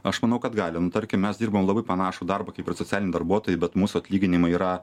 aš manau kad gali nu tarkim mes dirbam labai panašų darbą kaip ir socialiniai darbuotojai bet mūsų atlyginimai yra